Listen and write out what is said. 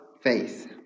faith